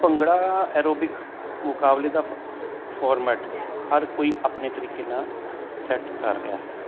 bhangra aerobic ਮੁਕਾਬਲੇ ਦਾ ਫ ਫਾਰਮੈਟ ਹਰ ਕੋਈ ਆਪਣੇ ਤਰੀਕੇ ਨਾਲ ਸੈਟ ਕਰ ਰਿਹਾ ਹੈ